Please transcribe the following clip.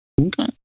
Okay